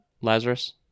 Lazarus